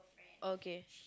okay